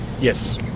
Yes